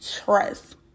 trust